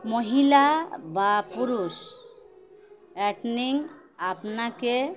মহিলা বা পুরুষ অ্যাটনিং আপনাকে